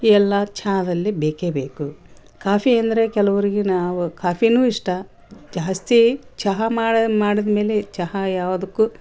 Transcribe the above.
ಈ ಎಲ್ಲಾ ಚಾದಲ್ಲಿ ಬೇಕೇ ಬೇಕು ಕಾಫಿ ಅಂದರೆ ಕೆಲವರಿಗೆ ನಾವು ಕಾಫಿನು ಇಷ್ಟ ಜಾಸ್ತಿ ಚಹಾ ಮಾಡ ಮಾಡದ್ಮೇಲೆ ಚಹಾ ಯಾವುದುಕ್ಕೂ